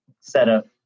setup